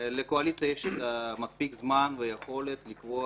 לקואליציה יש מספיק זמן ויכולת לקבוע